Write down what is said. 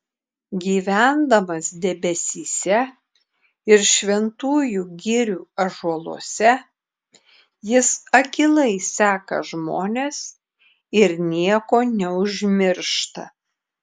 gyvendamas debesyse ir šventųjų girių ąžuoluose jis akylai seka žmones ir nieko neužmiršta